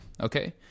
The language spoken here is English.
Okay